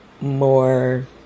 more